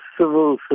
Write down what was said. civil